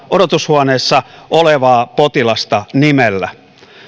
odotushuoneessa olevaa potilasta nimellä